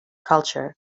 culture